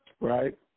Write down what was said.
right